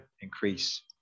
increase